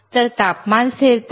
तर तापमान स्थिरता